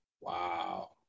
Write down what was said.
Wow